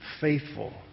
faithful